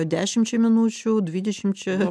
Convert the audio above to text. dešimčia minučių dvidešimčia